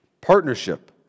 partnership